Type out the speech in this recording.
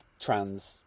trans